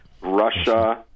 Russia